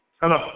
hello